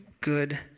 good